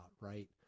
right